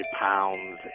pounds